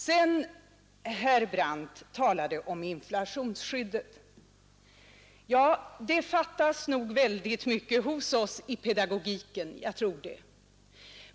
Sedan talade herr Brandt om inflationsskyddet. Ja, det fattas nog mycket hos oss när det gäller pedagogiken.